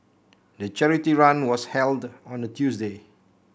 the charity run was held on a Tuesday